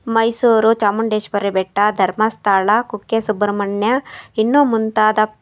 ಮೈಸೂರು ಚಾಮುಂಡೇಶ್ವರಿ ಬೆಟ್ಟ ಧರ್ಮಸ್ಥಳ ಕುಕ್ಕೆ ಸುಬ್ರಮಣ್ಯ ಇನ್ನೂ ಮುಂತಾದ